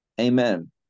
Amen